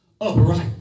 upright